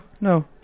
no